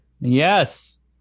Yes